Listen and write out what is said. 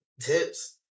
tips